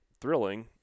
thrilling